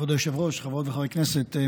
כבוד היושב-ראש, חברות וחברי הכנסת,